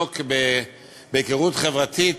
שיעסוק בהיכרות חברתית